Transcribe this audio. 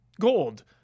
gold